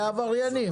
זה עבריינים.